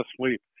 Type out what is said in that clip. asleep